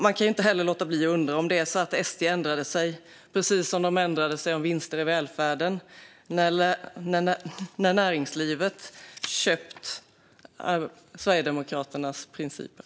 Man kan inte heller låta bli att undra om SD ändrade sig, precis som de ändrade sig om vinster i välfärden, när näringslivet hade köpt Sverigedemokraternas principer.